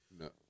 No